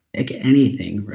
like anything,